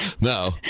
No